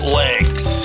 legs